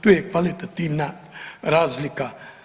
Tu je kvalitativna razlika.